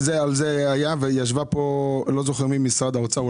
ישבה כאן מישהי ממשרד האוצר,